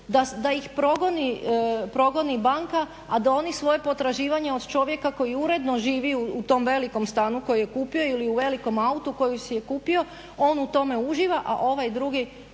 da ih progoni banka a da oni svoje potraživanje od čovjeka koji uredno živi u tom velikom stanu koji je kupio ili u velikom autu koji si je kupio on u tome uživa, a ovaj drugi